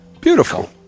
Beautiful